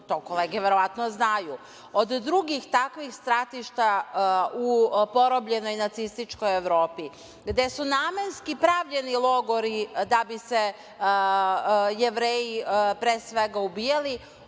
to kolege verovatno znaju, od drugih takvih stratišta u porobljenoj nacističkoj Evropi, gde su namenski pravljeni logori da bi se Jevreji pre svega ubijali,